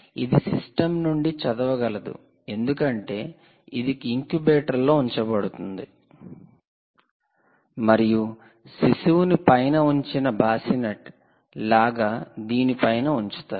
ఇది సిస్టమ్ నుండి చదవగలదు ఎందుకంటే ఇది ఇంక్యుబేటర్లో ఉంచబడుతుంది మరియు శిశువును పైన ఉంచిన బాసినెట్ లాగా దీని పైన ఉంచుతారు